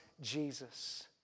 Jesus